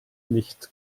nicht